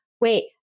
wait